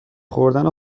خوردن